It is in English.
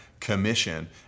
Commission